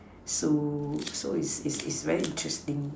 so so it's it's very interesting